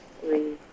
three